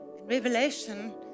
Revelation